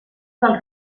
del